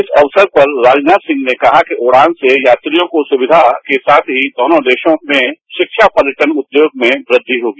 इस अवसर पर राजनाथ सिंह ने कहा कि उड़ान से यात्रियों को सुविधा के साथ ही दोनों देशों में शिक्षा पर्यटन उद्योग में वृद्धि होगी